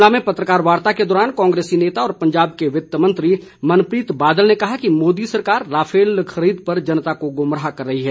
शिमला में पत्रकार वार्ता के दौरान कांग्रेसी नेता व पंजाब के वित्तमंत्री मनप्रीत बादल ने कहा कि मोदी सरकार राफेल खरीद पर जनता को गुमराह कर रही है